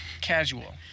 casual